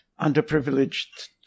underprivileged